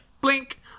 Blink